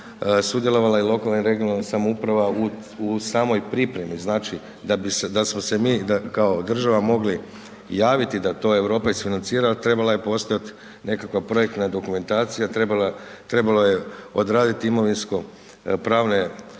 sudjelovala i lokalna i regionalna samouprava u samoj pripremi, znači da smo se mi kao država mogli javiti da to Europa isfinancira, trebala je postojat nekakva projekta dokumentacija, trebalo je odraditi imovinsko-pravne